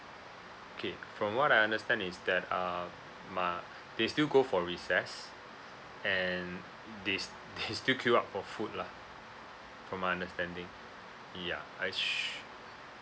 K from what I understand is that err ma~ they still go for recess and they s~ they still queue up for food lah from my understanding ya I sh~